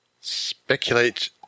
Speculate